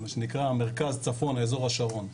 מה שנקרא מרכז-צפון, אזור השרון.